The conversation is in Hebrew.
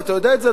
ואתה יודע את זה,